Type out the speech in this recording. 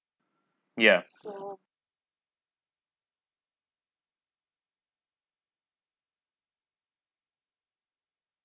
yeah